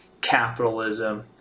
capitalism